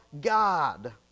God